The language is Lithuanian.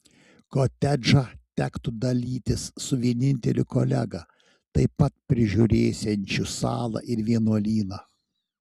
kotedžą tektų dalytis su vieninteliu kolega taip pat prižiūrėsiančiu salą ir vienuolyną